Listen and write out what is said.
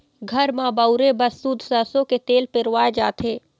घर म बउरे बर सुद्ध सरसो के तेल पेरवाए जाथे